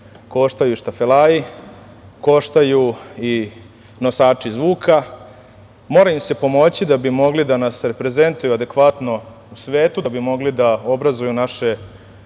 koštaju štafelaji, koštaju i nosači zvuka, mora im se pomoći da bi mogli da nas reprezentuju adekvatno u svetu da bi mogli da obrazuju naše